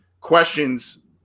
questions